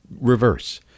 reverse